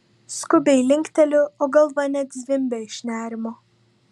skubiai linkteliu o galva net zvimbia iš nerimo